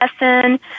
lesson